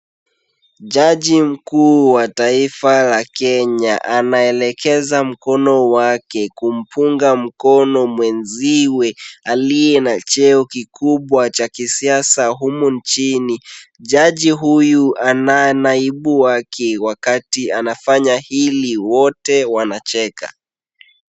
Jaji mkuu wa taifa la Kenya anaelekeza mkono wake kumpunga mkono mwenziwe aliye na cheo kikubwa cha kisiasa humu nchini . Jaji huyu ana naibu wake wakati anafanya hili wote wanacheka.